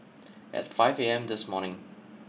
at five A M this morning